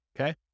okay